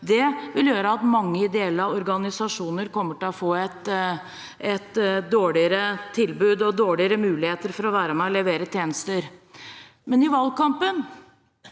Det vil gjøre at mange ideelle organisasjoner kommer til å få et dårligere tilbud og dårligere muligheter for å være med og levere tjenester. Men i valgkampen